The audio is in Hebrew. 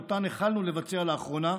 שאותן התחלנו לבצע לאחרונה,